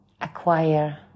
acquire